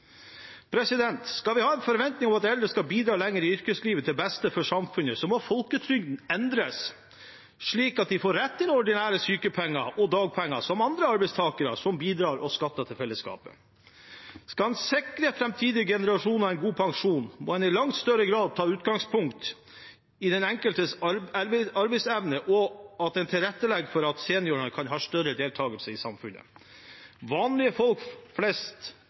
Skal vi ha en forventning om at eldre skal bidra lenger i yrkeslivet, til beste for samfunnet, må folketrygden endres slik at de får rett til ordinære sykepenger og dagpenger, som andre arbeidstakere som bidrar og skatter til felleskapet. Skal en sikre framtidige generasjoner en god pensjon, må en i langt større grad ta utgangspunkt i den enkeltes arbeidsevne og tilrettelegge for at seniorer kan ha større deltakelse i samfunnet. Folk flest